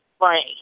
Right